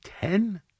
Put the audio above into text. ten